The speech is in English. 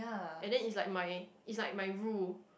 and then it's like my it's like my rule